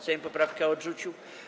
Sejm poprawkę odrzucił.